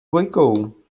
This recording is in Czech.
dvojkou